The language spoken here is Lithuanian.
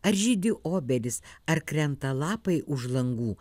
ar žydi obelis ar krenta lapai už langų